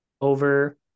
Over